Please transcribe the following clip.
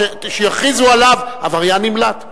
שיכריזו עליו עבריין נמלט.